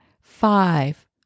Five